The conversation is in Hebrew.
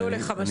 הפריעו לך.